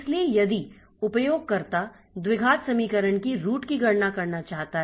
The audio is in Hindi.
इसलिए यदि उपयोगकर्ता द्विघात समीकरण की रूट की गणना करना चाहता है